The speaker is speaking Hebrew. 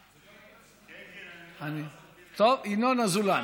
כן, כן, אני, טוב, ינון אזולאי,